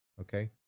Okay